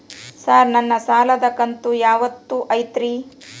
Sir ನನ್ನ ಸಾಲದ ಕಂತು ಯಾವತ್ತೂ ಐತ್ರಿ?